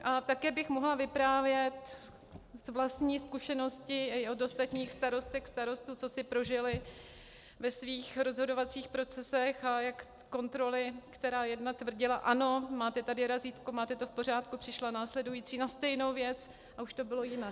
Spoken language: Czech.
A také bych mohla vyprávět z vlastní zkušenosti i od ostatních starostek, starostů, co si prožili ve svých rozhodovacích procesech a jak kontroly, která jedna tvrdila ano, máte tady razítko, máte to v pořádku, přišla následující na stejnou věc, a už to bylo jinak.